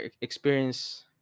experience